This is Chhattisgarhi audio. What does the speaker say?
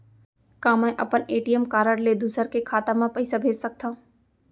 का मैं अपन ए.टी.एम कारड ले दूसर के खाता म पइसा भेज सकथव?